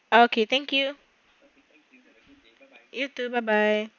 okay thank you you too bye bye